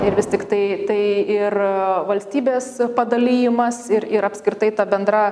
ir vis tiktai tai ir valstybės padalijimas ir ir apskritai ta bendra